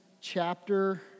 chapter